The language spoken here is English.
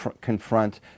confront